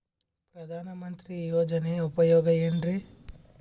ಪ್ರಧಾನಮಂತ್ರಿ ಯೋಜನೆ ಉಪಯೋಗ ಏನ್ರೀ?